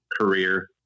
career